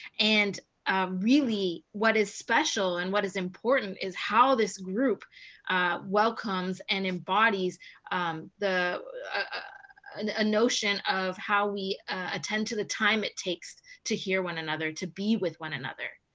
and really, what is special and what is important is how this group welcomes and embodies a ah notion of how we attend to the time it takes to hear one another, to be with one another,